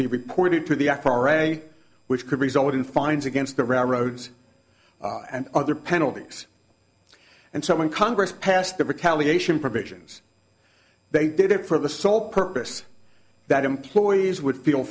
be reported to the x r a y which could result in fines against the railroads and other penalties and so when congress passed the recalibration provisions they did it for the sole purpose that employees would feel